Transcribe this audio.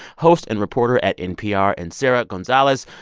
host and reporter at npr, and sarah gonzalez,